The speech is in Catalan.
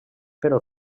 però